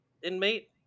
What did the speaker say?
inmate